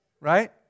right